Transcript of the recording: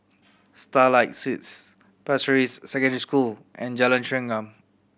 Starlight Suites Pasir Ris Secondary School and Jalan Chengam